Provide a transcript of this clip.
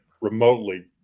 remotely